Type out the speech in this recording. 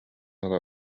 ыла